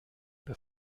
bei